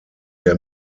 der